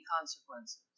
consequences